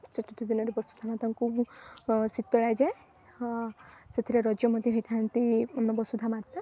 ଚତୁର୍ଥ ଦିନରେ ବସୁଧା ମାତାଙ୍କୁ ଶୀତଳା ଯାଏ ସେଥିରେ ରଜମତି ହେଇଥାନ୍ତି ବସୁଧା ମାତା